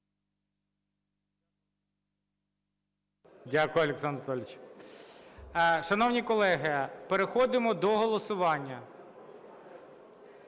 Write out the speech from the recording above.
Дякую, Олександр Анатолійович. Шановні колеги, переходимо до голосування.